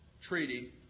treaty